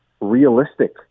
realistic